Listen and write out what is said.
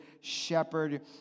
shepherd